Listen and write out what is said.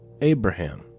Abraham